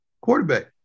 quarterback